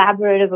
collaborative